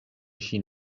ŝin